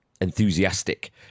enthusiastic